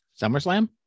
SummerSlam